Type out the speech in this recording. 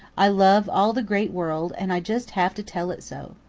i love all the great world and i just have to tell it so.